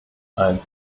ein